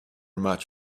much